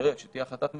ברגע שתהיה החלטת ממשלה,